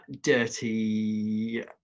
dirty